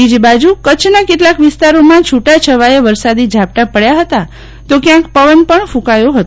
બીજી બાજુ કરછના કેટલાક વિસ્તારોમાં છુટાછવાયા વરસાદી ઝાપટાં પડ્યા હતા તો ક્યાંક પવન ક્કાયો હતો